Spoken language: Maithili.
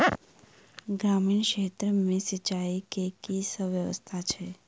ग्रामीण क्षेत्र मे सिंचाई केँ की सब व्यवस्था छै?